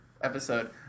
episode